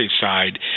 side